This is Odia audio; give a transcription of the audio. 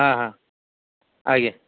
ହଁ ହଁ ଆଜ୍ଞା